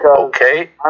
Okay